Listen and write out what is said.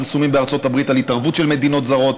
פרסומים בארצות הברית על התערבות של מדינות זרות.